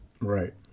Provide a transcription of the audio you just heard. Right